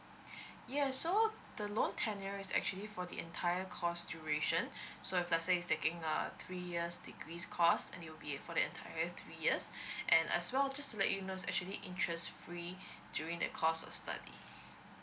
ya so the loan tenure is actually for the entire cost duration so if let say he's taking uh three years degrees course and it'll be for the entire three years and as well just to let you know it's actually a interest free during that course of study